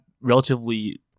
relatively